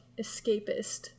escapist